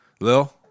Lil